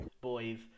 boys